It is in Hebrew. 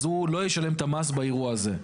הוא לא ישלם את המס באירוע הזה.